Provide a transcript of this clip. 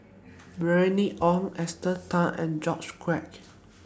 Bernice Ong Esther Tan and George Quek